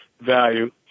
value